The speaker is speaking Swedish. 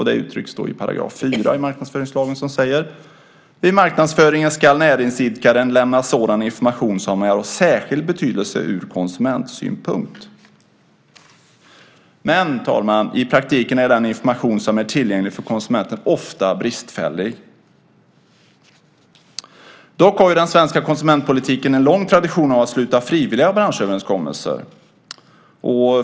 Det uttrycket står i 4 § i marknadsföringslagen. Där sägs: "Vid marknadsföringen skall näringsidkaren lämna sådant information som är av särskild betydelse från konsumentsynpunkt". Fru talman! I praktiken är den information som är tillgänglig för konsumenten ofta bristfällig. Dock har den svenska konsumentpolitiken en lång tradition av att sluta frivilliga branschöverenskommelser.